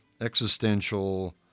existential